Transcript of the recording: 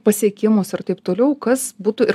pasiekimus ir taip toliau kas būtų ir